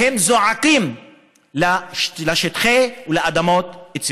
והם זועקים לשטחים ולאדמות ציבור.